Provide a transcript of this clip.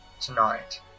tonight